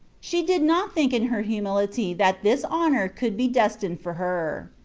she did not think in her humility that this honour could be destined for her.